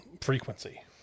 frequency